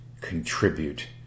contribute